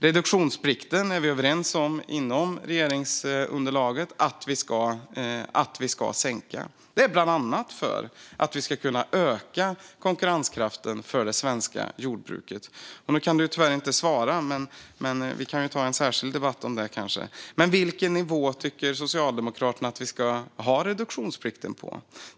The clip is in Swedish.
Inom regeringsunderlaget är vi överens om att reduktionsplikten ska sänkas, bland annat för att öka det svenska jordbrukets konkurrenskraft. Ledamoten kan tyvärr inte svara, så vi kanske får ta en särskild debatt om det. Vilken nivå tycker Socialdemokraterna att reduktionsplikten ska ligga på?